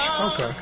Okay